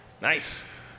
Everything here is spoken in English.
Nice